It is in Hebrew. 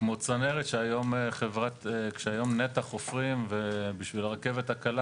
כמו צנרת שהיום חברת נת"ע חופרים בשביל הרכבת הקלה